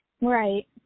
Right